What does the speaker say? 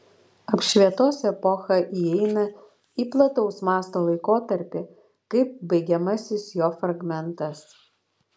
apšvietos epocha įeina į plataus masto laikotarpį kaip baigiamasis jo fragmentas